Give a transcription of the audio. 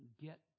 get